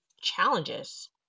challenges